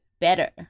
better